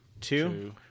two